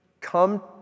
come